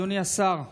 אדוני השר,